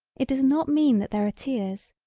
it does not mean that there are tears,